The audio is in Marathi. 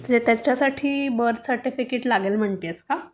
ते त्याच्यासाठी बर्थ सर्टिफिकेट लागेल म्हणते आहेस का